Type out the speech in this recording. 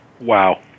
Wow